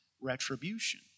retribution